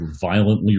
violently